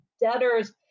debtors